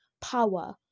power